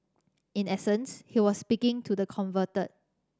in essence he was speaking to the converted